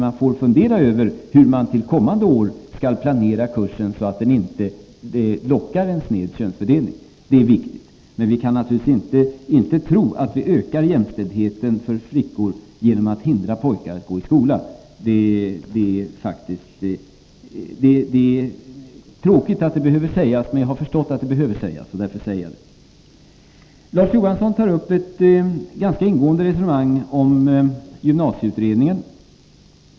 Man får fundera över hur man till kommande år skall planera kursen så att den inte lockar en sned könsfördelning. Det är viktigt. Men vi kan naturligtvis inte tro att vi ökar jämställdheten för flickor genom att hindra pojkar att gå i skolan. Det är tråkigt att detta behöver sägas, men jag har förstått att det behöver sägas, och därför gör jag det. Larz Johansson för ett ganska ingående resonemang om gymnasieutredningen.